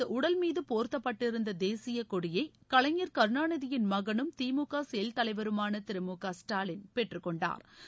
அவரதுடல் மீதுபோர்த்தப்பட்டிருந்ததேசியக் கொடியை கலைஞர் கருணாநிதியின் மகனும் திமுக செயல் தலைவருமானதிரு மு க ஸ்டாலின் பெற்றுக்கொண்டாா்